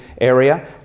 area